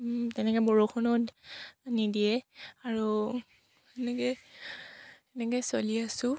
তেনেকৈ বৰষুণো নিদিয়ে আৰু এনেকৈ এনেকৈ চলি আছোঁ